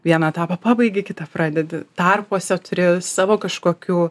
vieną etapą pabaigei kitą pradedi tarpuose turi savo kažkokių